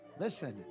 listen